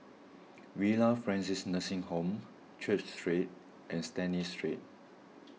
Villa Francis Nursing Home Church Street and Stanley Street